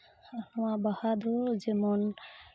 ᱱᱚᱣᱟ ᱵᱟᱦᱟ ᱫᱚ ᱡᱮᱢᱚᱱ